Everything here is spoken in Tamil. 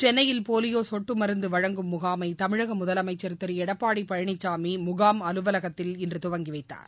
சென்னையில் போலியோ சொட்டு மருந்து வழங்கும் முகாமை தமிழக முதலமைச்சா ்திரு எடப்பாடி பழனிசாமி முகாம் அலுவலகத்தில் இன்று துவங்க வைத்தார்